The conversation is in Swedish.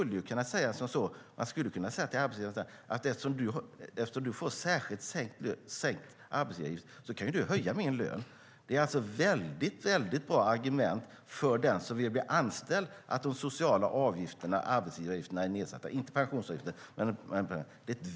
Men det är klart att man skulle kunna säga till arbetsgivaren: Eftersom du får särskilt sänkt arbetsgivaravgift kan du ju höja min lön. Det är ett väldigt bra argument för den som söker jobb och vill bli anställd att de sociala avgifterna och arbetsgivaravgifterna är nedsatta - dock inte pensionsavgiften.